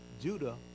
Judah